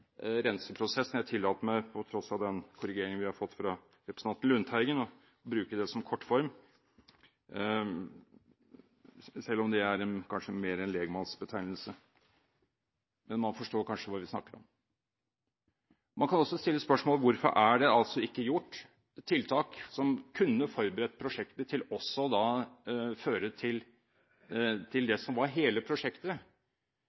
renseprosessen – jeg tillater meg på tross av den korrigeringen vi har fått fra representanten Lundteigen, å bruke det som kortform, selv om det kanskje er mer en legmannsbetegnelse, men man forstår kanskje hva vi snakker om. Man kan også stille spørsmål om hvorfor det ikke er gjort tiltak som kunne forberedt prosjektet til også da å føre til